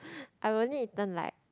I only eaten like